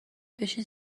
بشین